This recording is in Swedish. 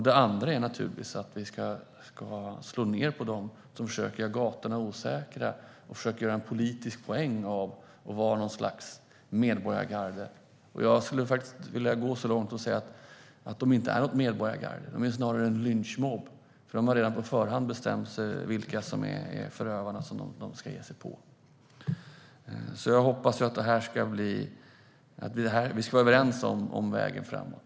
Det andra är naturligtvis att vi slår ned på dem som försöker att göra gatorna osäkra och försöker att göra en politisk poäng av att vara något slags medborgargarde. Jag skulle vilja gå så långt som att säga att de inte är något medborgargarde. De är snarare en lynchmobb. De har redan på förhand bestämt sig för vilka som är förövarna som de ska ge sig på. Jag hoppas att vi ska vara överens om vägen framåt.